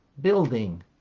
building